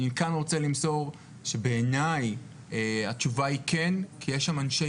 ואני רוצה למסור מכאן היא שכן; כי יש שם אנשי